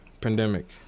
Pandemic